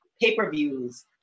pay-per-views